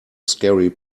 scary